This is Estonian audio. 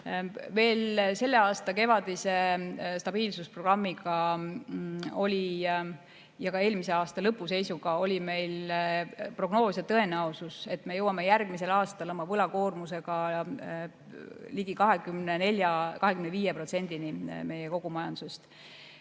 Veel selle aasta kevadises stabiilsusprogrammis ja ka eelmise aasta lõpu seisuga oli meil prognoos, et me jõuame järgmisel aastal oma võlakoormusega ligi 24–25%-ni kogu majandusest.